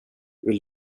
vill